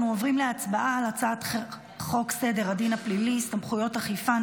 אנו עוברים להצבעה על הצעת חוק סדר הדין הפלילי (סמכויות אכיפה,